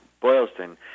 Boylston